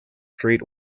street